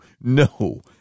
no